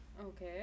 Okay